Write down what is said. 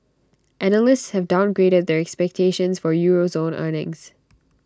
analysts have downgraded their expectations for euro zone earnings